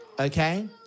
Okay